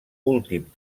últim